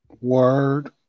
Word